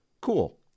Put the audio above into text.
cool